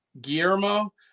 Guillermo